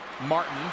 Martin